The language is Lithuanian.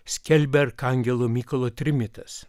skelbia arkangelo mykolo trimitas